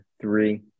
three